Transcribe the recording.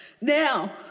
Now